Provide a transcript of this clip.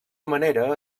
manera